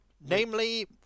Namely